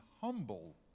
humble